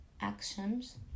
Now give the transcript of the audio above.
actions